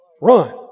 Run